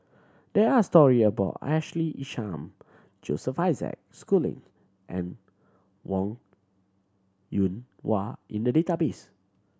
there are story about Ashley Isham Joseph Isaac Schooling and Wong Yoon Wah in the database